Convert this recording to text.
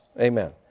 Amen